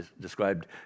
described